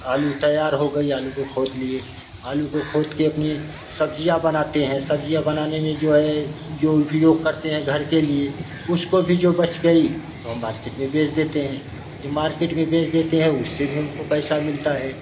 आलू को तैयार हो गई आलू को खोद लिए आलू को खोद के अपने सब्जियाँ बनाते है सब्जियाँ बनाने में जो है जो उपयोग करते है घर के लिए उसको भी जो बच गई तो हम मार्केट में बेच देते है जब मार्केट में बेच देते हैं उससे भी हमको पैसा मिलता है